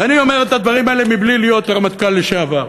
ואני אומר את הדברים האלה בלי להיות רמטכ"ל לשעבר.